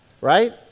Right